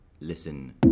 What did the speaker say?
Listen